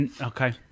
Okay